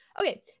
Okay